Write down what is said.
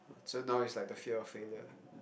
so now is like the fear of failure